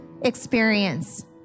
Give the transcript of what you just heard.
experience